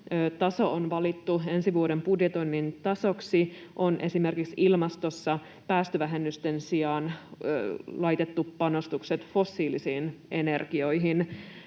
ensi vuoden budjetoinnin tasoksi, on esimerkiksi ilmastossa päästövähennysten sijaan laitettu panostukset fossiilisiin energioihin.